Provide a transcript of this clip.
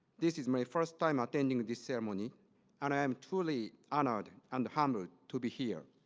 this is my first time attending the ceremony and i am truly honored and humbled to be here